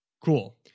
Cool